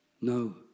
No